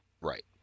Right